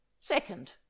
Second